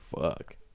Fuck